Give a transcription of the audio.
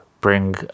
bring